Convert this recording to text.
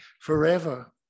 forever